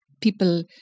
people